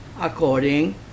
according